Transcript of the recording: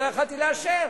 לא יכולתי לאשר.